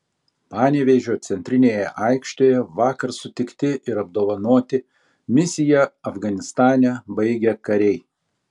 panevėžio centrinėje aikštėje vakar sutikti ir apdovanoti misiją afganistane baigę kariai